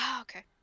Okay